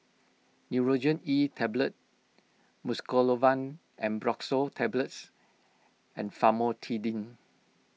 Nurogen E Tablet Mucosolvan Ambroxol Tablets and Famotidine